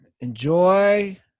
Enjoy